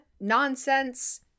nonsense